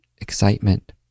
Excitement